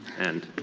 and